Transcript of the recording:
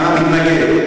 אה, מתנגד.